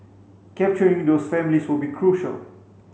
capturing those families will be crucial